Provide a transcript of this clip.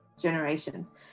generations